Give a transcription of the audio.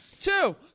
two